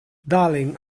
darling